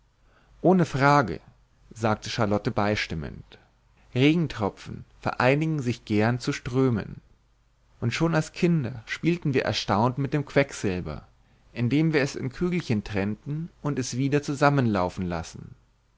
ohne frage sagte charlotte beistimmend regentropfen vereinigen sich gern zu strömen und schon als kinder spielen wir erstaunt mit dem quecksilber indem wir es in kügelchen trennen und es wieder zusammenlaufen lassen